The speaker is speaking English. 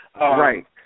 Right